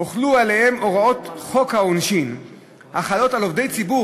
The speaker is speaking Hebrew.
הוחלו עליהם הוראות חוק העונשין החלות על עובדי ציבור,